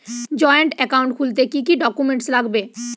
Joint account খুলতে কি কি ডকুমেন্টস লাগবে?